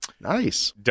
nice